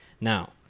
Now